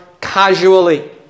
casually